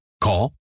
Call